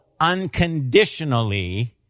unconditionally